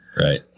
Right